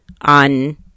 on